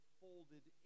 folded